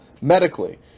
medically